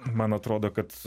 man atrodo kad